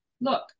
look